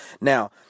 now